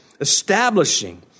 establishing